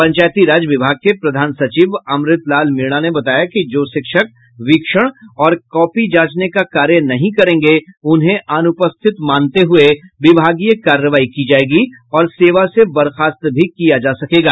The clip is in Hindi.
पंचायती राज विभाग के प्रधान सचिव अमृत लाल मीणा ने बताया कि जो शिक्षक वीक्षण और कॉपी जांचने का कार्य नहीं करेंगे उन्हें अनुपस्थित मानते हुये विभागीय कार्रवाई की जायेगी और सेवा से बर्खास्त भी किया जा सकेगा